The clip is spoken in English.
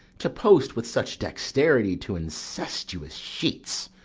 to post with such dexterity to incestuous sheets!